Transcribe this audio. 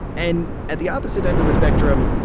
and at the opposite end of the spectrum,